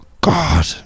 God